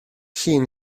llun